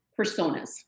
personas